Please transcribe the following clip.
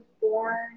born